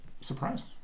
surprised